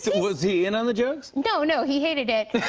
was he in on the jokes? no. no, he hated it.